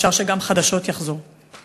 אפשר שגם "חדשות" יחזור.